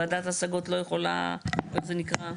ועדת השגות לא יכולה איך זה נקרא?